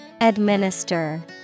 Administer